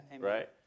right